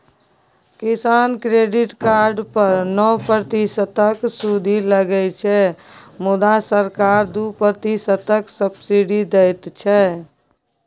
किसान credit card पर नौ प्रतिशतक सुदि लगै छै मुदा सरकार दु प्रतिशतक सब्सिडी दैत छै